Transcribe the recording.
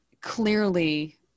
clearly